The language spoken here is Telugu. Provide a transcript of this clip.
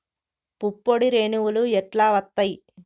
పుప్పొడి రేణువులు ఎట్లా వత్తయ్?